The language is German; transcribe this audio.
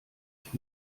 ich